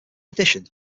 addition